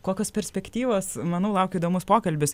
kokios perspektyvos manau laukia įdomus pokalbis